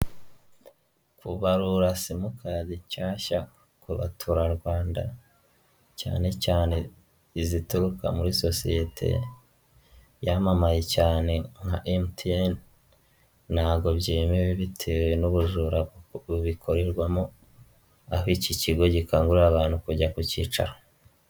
Kubarura simutari nshyashya ku baturarwanda cyane cyane izituruka muri sosiyete yamamaye cyane nka MTN ntabwo byemewe bitewe n'ubujura bubikorerwamo, aho iki kigo gikangurira abantu kujya ku kicaro.